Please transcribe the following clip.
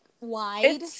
wide